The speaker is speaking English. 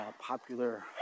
popular